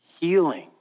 Healing